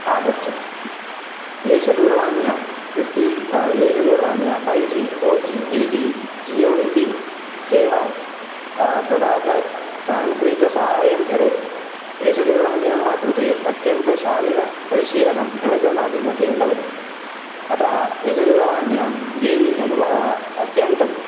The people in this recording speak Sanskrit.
आगच्छति एष दूरवाण्या फ़िफ़्टि एष दूरवाण्या five G four G L T Jio इति सेवा प्रदाततान्त्रिकसहायं करोति एष दूरवाण्याः कृते अत्यन्तशालीनपरिशीलनम् अमेज़ान् डाट् इन् मध्ये लभते अतः एष दूरवाण्यां गेमिङ्ग् अनुभवः अत्यन्तं